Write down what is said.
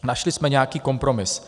Našli jsme nějaký kompromis.